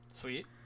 sweet